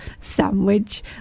sandwich